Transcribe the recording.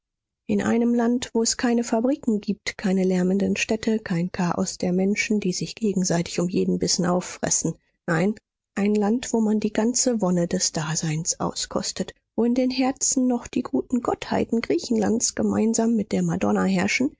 in einem land wo es keine fabriken gibt keine lärmenden städte kein chaos der menschen die sich gegenseitig um jeden bissen auffressen nein ein land wo man die ganze wonne des daseins auskostet wo in den herzen noch die guten gottheiten griechenlands gemeinsam mit der madonna herrschen